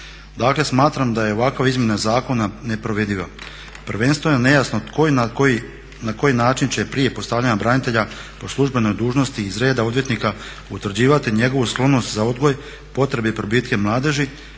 Dakle smatram da je ovakva izmjena zakona neprovediva. Prvenstveno je nejasno tko na koji način prije postavljanja branitelja po službenoj dužnosti iz reda odvjetnika utvrđivati njegovu sklonost za odgoj, potrebe i probitke mladeži,